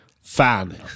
fan